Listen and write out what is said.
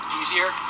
easier